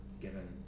given